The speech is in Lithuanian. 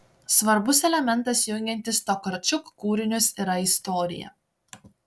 svarbus elementas jungiantis tokarčuk kūrinius yra istorija